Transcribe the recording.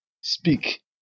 speak